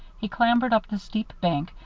he clambered up the steep bank,